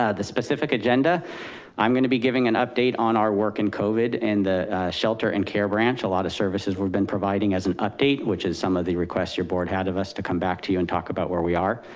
ah the specific agenda i'm gonna be giving an update on our work and covid and the shelter and care branch, a lot of services we've been providing as an update, which is some of the requests your board had of us to come back to you and talk about where we are.